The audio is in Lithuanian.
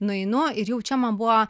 nueinu ir jau čia man buvo